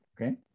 Okay